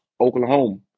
Oklahoma